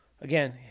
Again